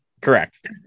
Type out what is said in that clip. Correct